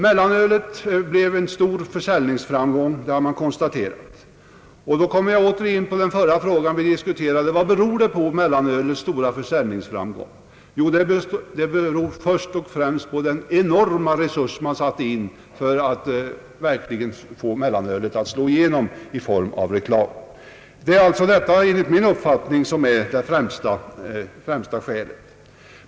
Mellanölet blev en stor försäljningsframgång, det har man konstaterat, och då kommer jag åter in på den fråga som nyss diskuterades: Varpå beror mellanölets stora försäljningsframgång? Jo, först och främst på den enorma reklam man satte i gång för att få mellanölet att verkligen slå igenom. Enligt min uppfattning är detta den främsta orsaken.